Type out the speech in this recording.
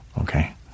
okay